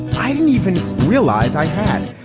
i didn't even realize i had.